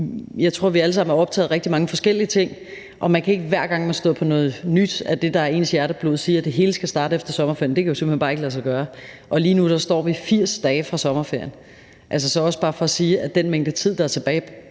jeg tror, at vi alle sammen er optaget af rigtig mange forskellige ting, og at man ikke, hver gang man støder på noget nyt af det, der er ens hjerteblod, kan sige, at det hele skal starte efter sommerferien. Det kan jo simpelt hen bare ikke lade sig gøre, og lige nu står vi 80 dage fra sommerferien. Så det er også bare for at sige, at den mængde tid, der er tilbage